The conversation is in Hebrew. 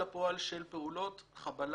בקניון בחיפה ורואה מולי את אותו מחבל